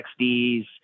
XDs